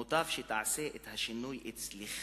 מוטב שתעשה את השינוי אצלך,